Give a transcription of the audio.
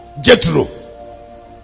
Jethro